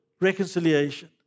reconciliation